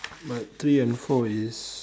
but three and four is